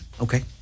okay